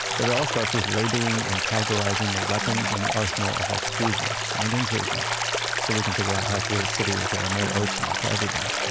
but it all starts with labeling and categorizing the weapons in the arsenal of exclusion-and and inclusion-so so we can figure out how to create cities that are more open to everybody